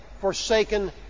forsaken